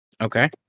okay